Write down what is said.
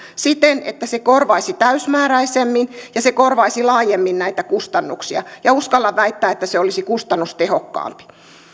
siten että se korvaisi täysimääräisemmin ja se korvaisi laajemmin näitä kustannuksia uskallan väittää että se olisi kustannustehokkaampi